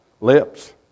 lips